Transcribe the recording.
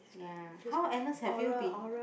ya how Agnes have you been